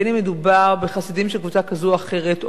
בין אם מדובר בחסידים של קבוצה כזו או אחרת או